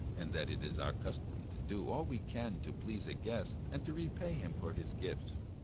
and that it is our custom to do all we can to please a guest and to repay him for his gifts.